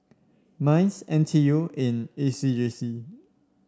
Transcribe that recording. Minds N T U and A C J C